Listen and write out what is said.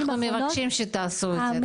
אנחנו מאוד מבקשים שתעשו את זה,